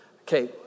okay